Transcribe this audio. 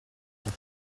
est